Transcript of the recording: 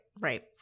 right